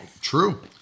True